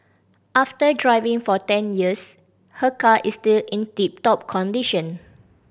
after driving for ten years her car is still in tip top condition